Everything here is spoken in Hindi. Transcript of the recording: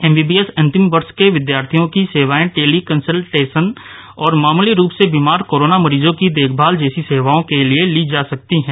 एमबीबीएस अन्तिम वर्ष के विद्यार्थियों की सेवाएं टेली कंसल्टेशन और मामुली रूप से बीमार कोरोना मरीजों की देखभाल जैसी सेवाओं के लिए ली जा सकती है